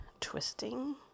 twisting